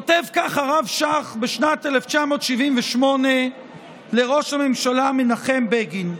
כותב כך הרב שך בשנת 1978 לראש הממשלה מנחם בגין: